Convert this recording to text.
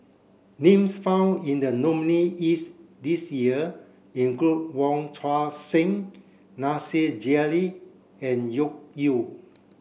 names found in the nominees' this year include Wong Tuang Seng Nasir Jalil and Loke Yew